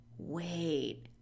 wait